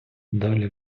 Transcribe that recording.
далі